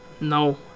No